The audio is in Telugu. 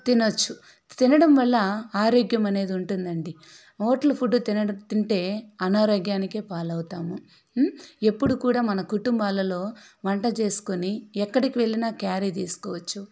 తినవచ్చు తినడం వల్ల ఆరోగ్యం అనేది ఉంటుందండి హోటల్ ఫుడ్డు తిన తింటే అనారోగ్యానికే పాలవుతాము ఎప్పుడూ కూడా మన కుటుంబాలలో వంట చేసుకొని ఎక్కడికి వెళ్లిన క్యారీ చేసుకోవచ్చు